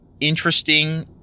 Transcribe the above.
interesting